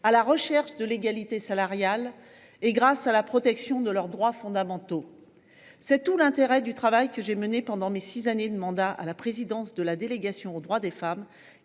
à la recherche de l’égalité salariale et à la protection de leurs droits fondamentaux. C’est tout l’intérêt du travail que j’ai mené pendant mes six années en tant que présidente de la délégation sénatoriale aux droits des femmes